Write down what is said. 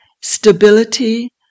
stability